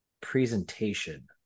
presentation